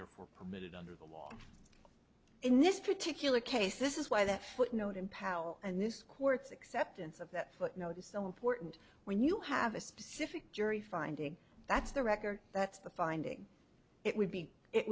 therefore permitted under the law in this particular case this is why that footnote in power and this court's acceptance of that footnote is so important when you have a specific jury finding that's the record that's the finding it would be it